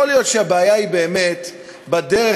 יכול להיות שהבעיה היא באמת בדרך,